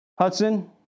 Hudson